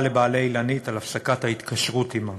לבעלי "אילנית" על הפסקת ההתקשרות עמם,